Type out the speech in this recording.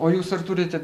o jūs ar turite